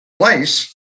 place